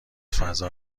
فضا